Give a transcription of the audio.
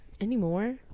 Anymore